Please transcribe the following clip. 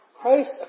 Christ